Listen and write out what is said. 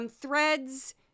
Threads